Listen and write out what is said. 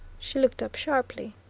she looked up sharply.